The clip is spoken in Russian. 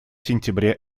сентябре